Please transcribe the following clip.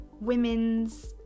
women's